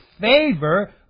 favor